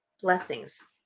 blessings